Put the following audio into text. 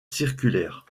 circulaire